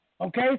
Okay